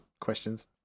questions